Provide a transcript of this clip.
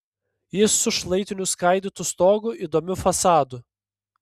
jis su šlaitiniu skaidytu stogu įdomiu fasadu